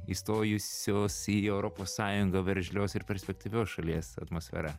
įstojusios į europos sąjungą veržlios ir perspektyvios šalies atmosfera